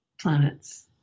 planets